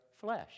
flesh